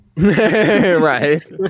Right